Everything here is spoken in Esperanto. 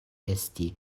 esti